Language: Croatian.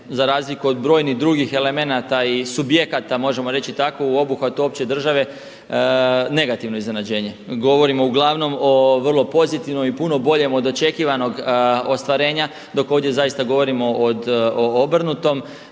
za razliku od brojnih drugih elemenata i subjekata, možemo reći tako u obuhvatu opće države negativno iznenađenje. Govorimo uglavnom o vrlo pozitivnom i puno boljem od očekivanog ostvarenja dok ovdje zaista govorimo o obrnutom.